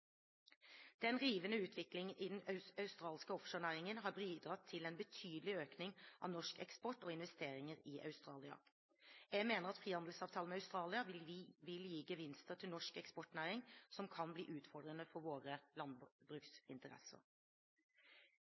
Den rivende utviklingen i den australske offshorenæringen har bidratt til en betydelig økning av norsk eksport og investeringer i Australia. Jeg mener at en frihandelsavtale med Australia vil gi gevinster til norsk eksportnæring, men kan bli utfordrende for våre landbruksinteresser.